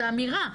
זאת אמירה.